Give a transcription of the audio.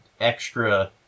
extra